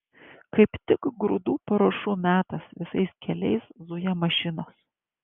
kaip tik grūdų paruošų metas visais keliais zuja mašinos